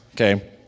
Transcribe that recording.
Okay